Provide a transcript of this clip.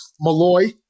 Malloy